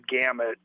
gamut